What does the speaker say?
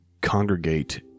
congregate